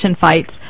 Fights